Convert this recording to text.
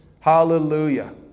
Hallelujah